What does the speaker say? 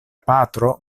patro